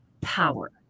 power